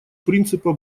принципа